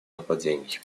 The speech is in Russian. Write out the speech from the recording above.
нападений